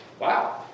Wow